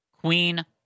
Queen